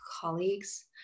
colleagues